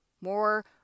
more